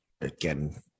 again